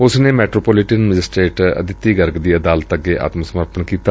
ਉਸ ਨੇ metropolitan magistrate Aditi Garg ਦੀ ਅਦਾਲਤ ਅੱਗੇ ਆਤਮ ਸਮਰਪਣ ਕੀਤਾ